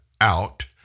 out